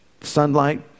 sunlight